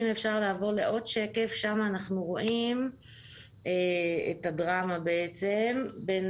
בשקף הבא אנחנו רואים את הדרמה בין